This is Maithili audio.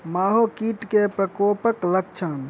माहो कीट केँ प्रकोपक लक्षण?